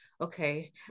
okay